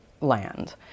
land